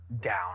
down